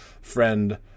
friend